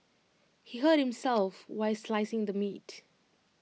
he hurt himself while slicing the meat